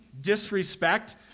disrespect